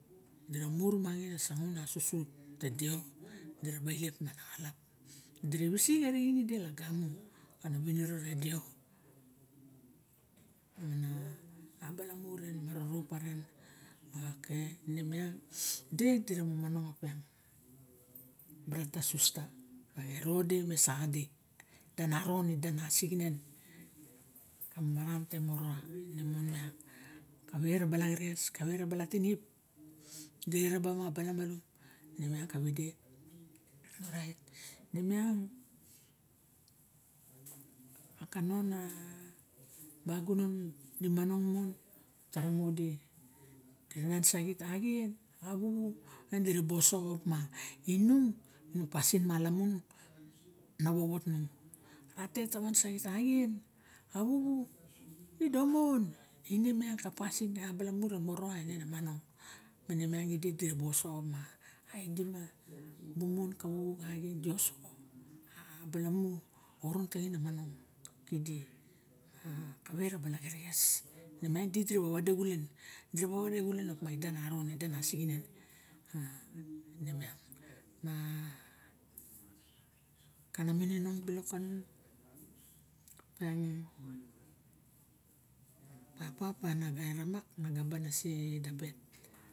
Dera marumangin a sungaun asusait dete dee ana winiro re sev ana abalamu ma rorop pasen se dira manong opiang brata susa opa ero de me saxa de ida naron ida nasixinen amara te morowa ine mon miang kawe na balaxerexes kawe ra bala tinip di eraba ma balamalum remiang kawide inemiang a baginon di mamonong mon tarango di dira nan saxit axien a xaxu taba osoxo opa inung pasin malamun na wowo inung tet na wan sait axuxu domon ine iang a pasin abala mu re orowa ine namong miang ide diraa oso ba aidim di bung mon kawuwu kaxien a balamu xa orong taxin na manong kreli kawe ra bala xerexes miang dira ba wade xulen diraba wade xulen ida now ida rasixinen kana mininong bilok kanung e papa e ramak naga ban na se sapet